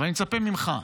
אבל אני מצפה ממך,